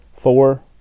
four